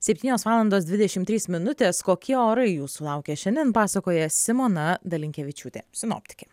septynios valandos dvidešim trys minutės kokie orai jūsų laukia šiandien pasakoja simona dalinkevičiūtė sinoptikė